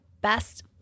best